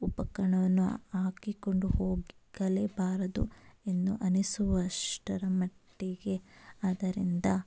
ಉಪಕರಣವನ್ನು ಹಾಕಿಕೊಂಡು ಹೋಗಲೇಬಾರದು ಎಂದು ಅನ್ನಿಸುವಷ್ಟರ ಮಟ್ಟಿಗೆ ಆದ್ದರಿಂದ